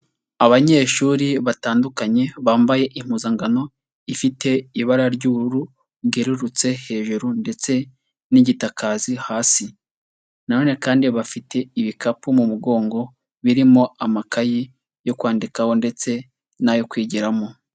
Abanyeshuri batandukanye bambaye impuzangano ifite ibara ry'ubururu rwerurutse hejuru ndetse n'igitakazi hasi, na none kandi bafite ibikapu mu mugongo birimo amakayi yo kwandikaho ndetse n'ayo kwigiramo.